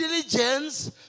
diligence